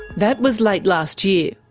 that was late last year.